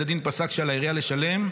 בית הדין פסק שעל העירייה לשלם.